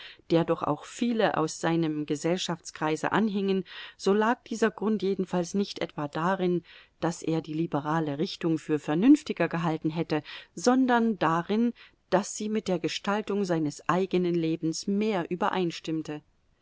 der doch auch viele aus seinem gesellschaftskreise anhingen so lag dieser grund jedenfalls nicht etwa darin daß er die liberale richtung für vernünftiger gehalten hätte sondern darin daß sie mit der gestaltung seines eigenen lebens mehr übereinstimmte